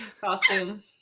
costume